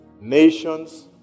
nations